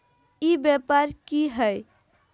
ई व्यापार की हाय?